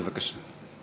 בבקשה.